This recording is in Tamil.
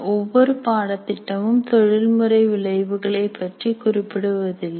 ஒவ்வொரு பாடத்திட்டமும் தொழில்முறை விளைவுகளை பற்றி குறிப்பிடுவதில்லை